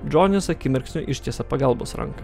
džonis akimirksniu ištiesia pagalbos ranką